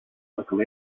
local